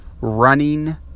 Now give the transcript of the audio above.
running